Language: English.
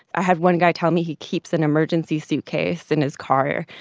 i had one guy tell me he keeps an emergency suitcase in his car.